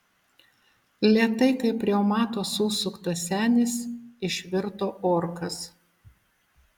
lėtai kaip reumato susuktas senis išvirto orkas